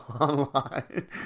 online